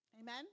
Amen